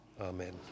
Amen